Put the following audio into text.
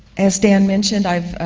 as dan mentioned, i'm